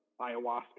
ayahuasca